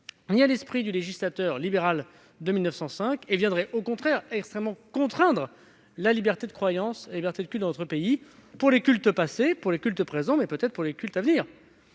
ni à l'esprit du législateur libéral de 1905. Au contraire, cela viendrait extrêmement contraindre la liberté de croyance et la liberté de culte dans notre pays, pour les cultes passés, les cultes présents, mais aussi, peut-être, pour les cultes à venir.